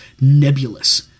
nebulous